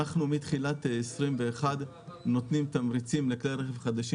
מתחילת 2021 אנחנו נותנים תמריצים לכלי רכב חדשים